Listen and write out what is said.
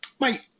mate